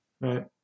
right